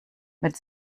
mit